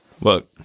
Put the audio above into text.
Look